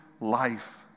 life